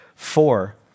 four